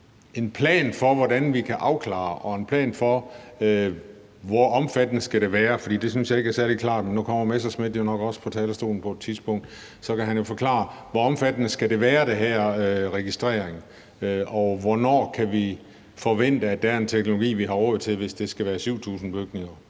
en plan for, hvordan vi kan afklare det, og en plan for, hvor omfattende det skal være, for det synes jeg ikke er særlig klart. Nu kommer Morten Messerschmidt nok også på talerstolen på et tidspunkt, og så kan han jo forklare, hvor omfattende den her registrering skal være, og hvornår vi kan forvente, at der er en teknologi, vi har råd til, hvis det skal omfatte 7.000 bygninger.